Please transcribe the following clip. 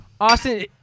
Austin